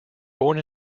born